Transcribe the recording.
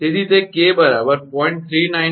તેથી તે 𝑘 0